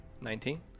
Nineteen